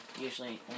usually